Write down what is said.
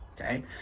okay